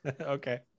Okay